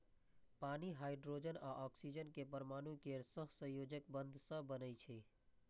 पानि हाइड्रोजन आ ऑक्सीजन के परमाणु केर सहसंयोजक बंध सं बनै छै